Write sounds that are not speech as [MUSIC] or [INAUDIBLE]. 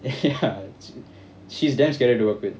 [LAUGHS] ya it~ she's damn scared though